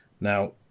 Now